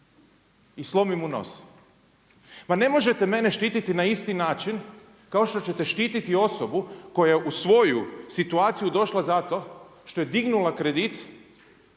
I slomim mu nos. Ma ne možete mene štititi na isti način kao što će te štititi osobu koja je u svoju situaciju došla zato što je dignula kredit